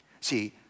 See